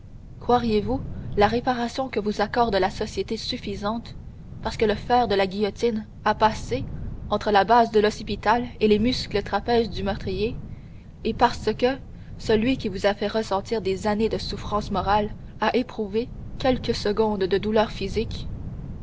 croiriez-vous la réparation que vous accorde la société suffisante parce que le fer de la guillotine a passé entre la base de l'occipital et les muscles trapèzes du meurtrier et parce que celui qui vous a fait ressentir des années de souffrances morales a éprouvé quelques secondes de douleurs physiques